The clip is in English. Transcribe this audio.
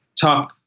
top